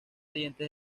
dientes